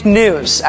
news